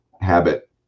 habit